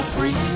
Free